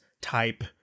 type